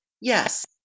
Yes